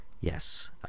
Yes